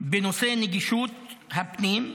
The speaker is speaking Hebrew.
בנושא נגישות הפנים,